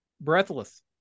Breathless